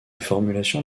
formulation